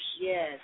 Yes